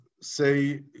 say